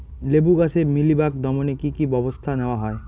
লেবু গাছে মিলিবাগ দমনে কী কী ব্যবস্থা নেওয়া হয়?